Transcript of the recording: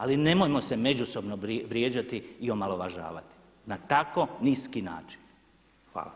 Ali nemojmo se međusobno vrijeđati i omalovažavati na tako niski način.